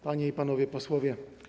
Panie i Panowie Posłowie!